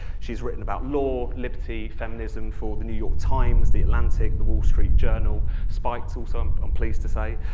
she's written about law, liberty, feminism for the new york times, the atlantic, the wall street journal, spiked, also, i'm um pleased to say,